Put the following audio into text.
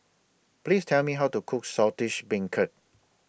Please Tell Me How to Cook Saltish Beancurd